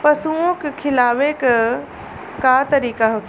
पशुओं के खिलावे के का तरीका होखेला?